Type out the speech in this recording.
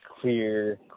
clear